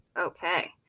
okay